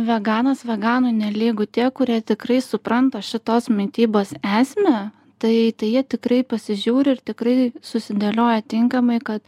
veganas veganui nelygu tie kurie tikrai supranta šitos mitybos esmę tai tai jie tikrai pasižiūri ir tikrai susidėlioja tinkamai kad